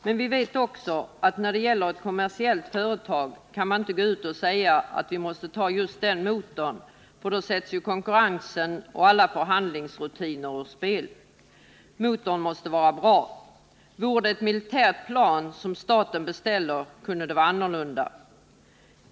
Men vi vet också att när det gäller ett kommersiellt företag kan man inte gå ut och säga att vi måste ta en speciell motor, för då sätts ju konkurrensen och alla förhandlingsrutiner ur spel. Motorn måste vara bra. Vore det ett militärt plan — som staten beställer — kunde det vara annorlunda.